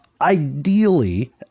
ideally